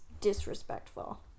disrespectful